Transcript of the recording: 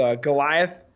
Goliath –